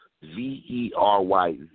V-E-R-Y